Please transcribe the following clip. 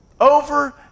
Over